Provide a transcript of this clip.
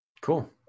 Cool